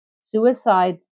suicide